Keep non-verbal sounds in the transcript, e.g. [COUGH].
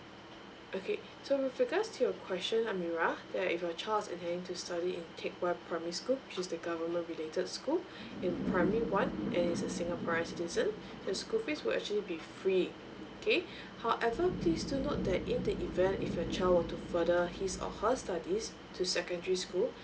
okay [BREATH] so with regards to your question amirah that if your child is intending to study in teck whye primary school which is the government related school [BREATH] in primary one and she's a singaporean citizen [BREATH] the school fees will actually be free okay [BREATH] however please do note that in the event if your child were to further his or her studies to secondary school [BREATH]